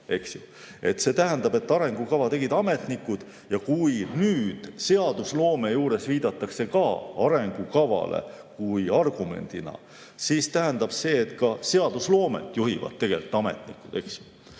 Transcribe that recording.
See tähendab, et arengukava tegid ametnikud. Kui nüüd seadusloome juures viidatakse arengukavale kui argumendile, siis tähendab see, et ka seadusloomet juhivad tegelikult ametnikud.